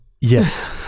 Yes